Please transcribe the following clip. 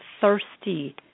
thirsty